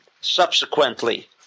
subsequently